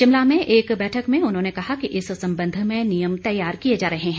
शिमला में एक बैठक में उन्होंने कहा कि इस संबंध में नियम तैयार किए जा रहे हैं